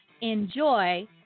enjoy